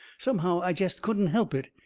somehow i jest couldn't help it.